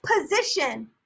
position